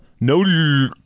No